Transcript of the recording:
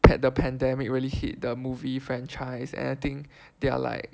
pande~ the pandemic really hit the movie franchise and I think they are like